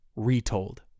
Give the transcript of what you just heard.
Retold